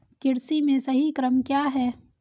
कृषि में सही क्रम क्या है?